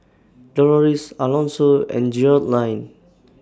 Doloris Alonso and Gearldine